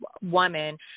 woman